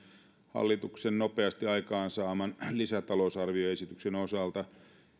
hallituksen nopeasti aikaansaaman lisätalousarvioesityksen osalta